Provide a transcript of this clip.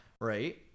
right